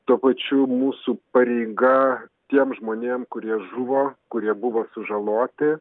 tuo pačiu mūsų pareiga tiem žmonėm kurie žuvo kurie buvo sužaloti